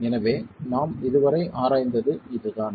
எனவே நாம் இதுவரை ஆராய்ந்தது இதுதான்